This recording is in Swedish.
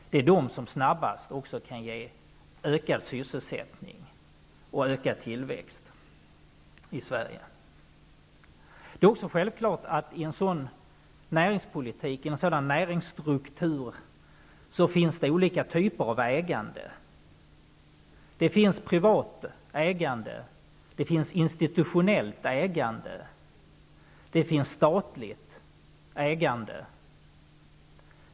Det är de som snabbast kan ge ökad sysselsättning och ökad tillväxt i Sverige. Det är också självklart att det i en sådan näringsstruktur finns olika typer av ägande. Det finns privat ägande, institutionellt ägande och statligt ägande.